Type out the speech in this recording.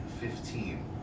fifteen